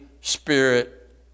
Spirit